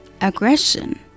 Aggression